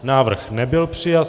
Návrh nebyl přijat.